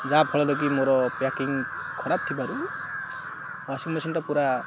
ଯାହାଫଳରେ କି ମୋର ପ୍ୟାକିଂ ଖରାପ ଥିବାରୁ ୱାସିଂ ମେସିନ୍ଟା ପୁରା